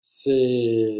c'est